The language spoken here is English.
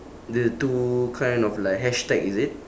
the two kind of like hashtag is it